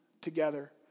together